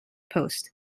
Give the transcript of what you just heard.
post